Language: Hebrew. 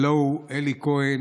הלוא הוא אלי כהן,